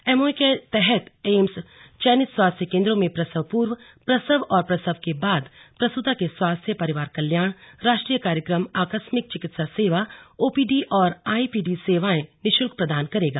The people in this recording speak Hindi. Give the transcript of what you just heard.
एमओयू के तहत एम्स चयनित स्वास्थ्य केंद्रों में प्रसव पूर्व प्रसव और प्रसव के बाद प्रसूता के स्वास्थ्य परिवार कल्याण राष्ट्रीय कार्यक्रम आकस्मिक चिकित्सा सेवा ओपीडी और आईपीडी सेवायें निःशुल्क प्रदान करेगा